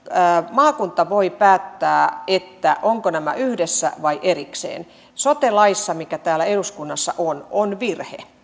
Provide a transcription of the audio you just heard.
maakunta voi päättää ovatko nämä yhdessä vai erikseen sote laissa mikä täällä eduskunnassa on on virhe